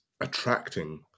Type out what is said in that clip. attracting